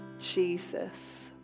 Jesus